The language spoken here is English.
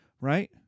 right